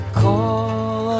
call